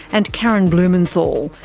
and karen blumenthal,